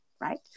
right